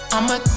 I'ma